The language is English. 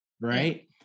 Right